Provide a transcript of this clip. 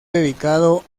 dedicado